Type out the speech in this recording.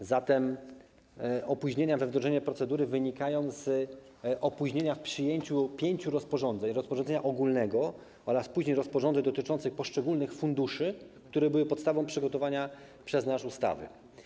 A zatem opóźnienia we wdrożeniu procedury wynikają z opóźnienia w przyjęciu pięciu rozporządzeń: rozporządzenia ogólnego oraz późniejszych rozporządzeń dotyczących poszczególnych funduszy, które były podstawą przygotowania przez nas ustawy.